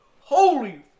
Holy